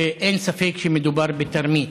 ואין ספק שמדובר בתרמית,